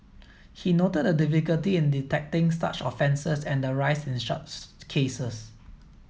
he noted the difficulty in detecting such offences and the rise in such cases